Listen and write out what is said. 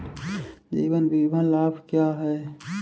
जीवन बीमा लाभ क्या हैं?